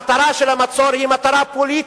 המטרה של המצור היא מטרה פוליטית,